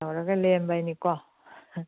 ꯇꯧꯔꯒ ꯂꯦꯟꯕꯗꯨꯅꯤꯀꯣ